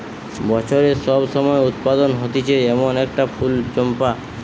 বছরের সব সময় উৎপাদন হতিছে এমন একটা ফুল চম্পা